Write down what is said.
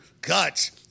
guts